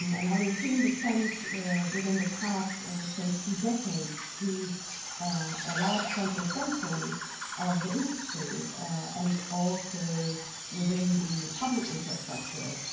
um and having seen the trend within the past, i ah would say, two decades to a large concentration of the industry and also within the public infrastructure,